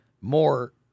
more